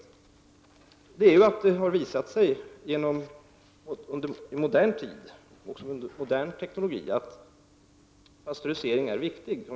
Också i modern tid och vid användning av modern teknologi har det visat sig att pastörisering är viktig.